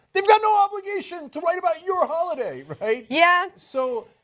they've got no obligation to write about your holiday! right? yeah. so,